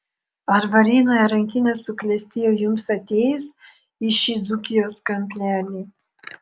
ar varėnoje rankinis suklestėjo jums atėjus į šį dzūkijos kampelį